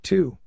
Two